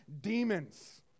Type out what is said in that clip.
demons